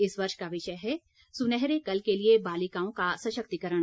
इस वर्ष का विषय है सुनहरे कल के लिए बालिकाओं का सशक्तिकरण